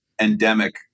endemic